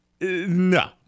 No